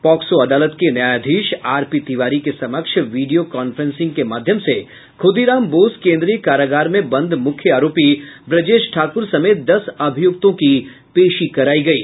POCSO अदालत के न्यायाधीश आर पी तिवारी के समक्ष वीडियो कांफ्रेंसिंग के माध्यम से खुदीराम बोस केन्द्रीय कारागार में बंद मुख्य आरोपी ब्रजेश ठाकुर समेत दस अभियुक्तों की पेशी करायी गयी